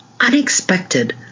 unexpected